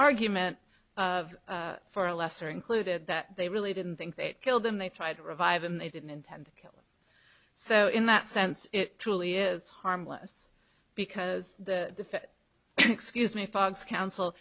argument for a lesser included that they really didn't think they killed him they tried to revive him they didn't intend to kill so in that sense it truly is harmless because the excuse me fox counsel